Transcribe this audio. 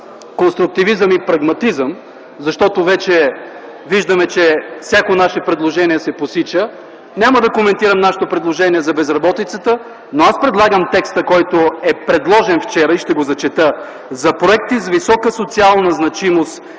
конструктивизъм и прагматизъм, защото вече виждаме, че всяко наше предложение се посича – няма да коментирам нашето предложение за безработицата, но аз предлагам текста, който е предложен вчера, и ще го прочета: „За проекти с висока социална значимост